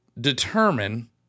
determine